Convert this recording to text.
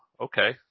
okay